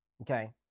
Okay